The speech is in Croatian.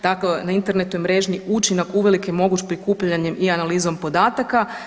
Dakle, na internetnoj mreži učinak uvelike je moguć prikupljanjem i analizom podataka.